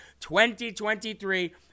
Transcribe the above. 2023